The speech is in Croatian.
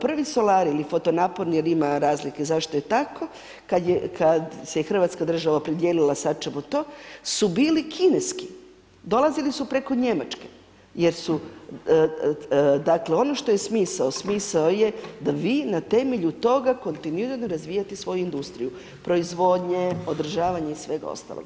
Prvi solari ili fotonapon jer ima zašto je tako kad se Hrvatska država opredijelila sad ćemo to, su bili kineski, dolazili su preko Njemačke, jer su dakle, ono što je smisao, smisao je da vi na temelju toga kontinuirano razvijate svoju industriju, proizvodnje, održavanje i svega ostaloga.